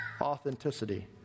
authenticity